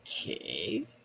Okay